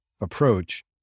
approach